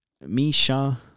Misha